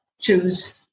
choose